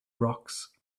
rocks